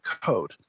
code